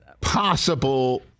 possible